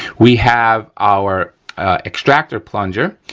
we have our extractor plunger,